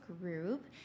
group